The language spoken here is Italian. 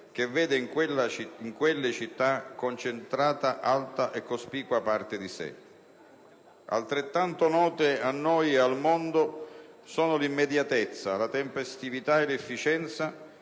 che vede in quelle città concentrata alta e cospicua parte di sé. Altrettanto note a noi e al mondo sono l'immediatezza, la tempestività e l'efficienza